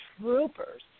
troopers